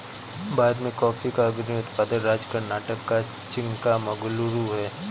भारत में कॉफी का अग्रणी उत्पादक राज्य कर्नाटक का चिक्कामगलूरू है